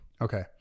Okay